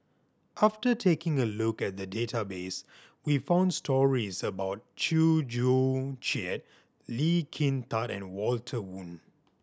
after taking a look at the database we found stories about Chew Joo Chiat Lee Kin Tat and Walter Woon